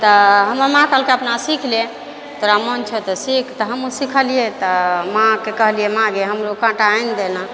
तऽ हमर माँ कहलकै अपना सीख ले तोरा मोन छौ तऽ सीख तऽ हमहूँ सिखलियै तऽ माँके कहलियै माँ गै हमरो काँटा आनि दे ने